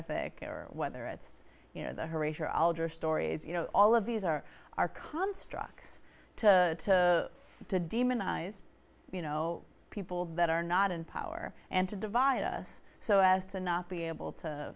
ethic or whether it's you know the horatio alger stories you know all of these are our constructs to to demonize you know people that are not in power and to divide us so as to not be able to